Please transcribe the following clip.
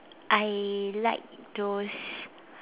I like those